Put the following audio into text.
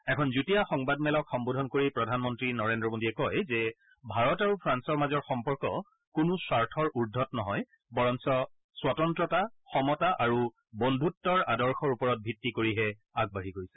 এখন যুটীয়া সংবাদ মেলক সম্বোধন কৰি প্ৰধানমন্ত্ৰী নৰেন্দ্ৰ মোদীয়ে কয় যে ভাৰত আৰু ফ্ৰান্সৰ মাজৰ সম্পৰ্ক কোনো স্বাৰ্থৰ ভিত্তিত নহয় বৰঞ্চ স্বতন্ত্ৰতা সমতা আৰু বন্ধুত্বৰ আদৰ্শৰ ওপৰত ভিত্তি কৰিহে আগবাঢ়ি গৈছে